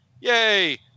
yay